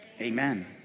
amen